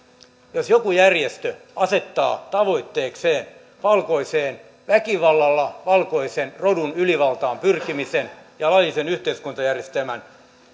jos joku järjestö asettaa tavoitteekseen väkivallalla valkoisen rodun ylivaltaan pyrkimisen ja laillisen yhteiskuntajärjestelmän